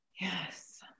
Yes